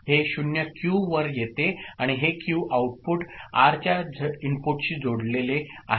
हे 0 क्यू वर येते आणि हे क्यू आउटपुट आर च्या इनपुटशी जोडलेले आहे